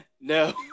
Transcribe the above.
No